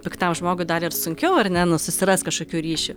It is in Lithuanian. piktam žmogui dar ir sunkiau ar ne nu susirast kažkokių ryšių